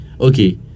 okay